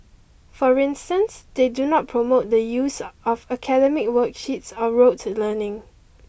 for instance they do not promote the use of academic worksheets or rote learning